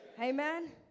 Amen